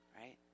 right